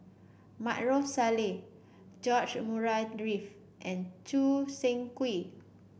Maarof Salleh George Murray Reith and Choo Seng Quee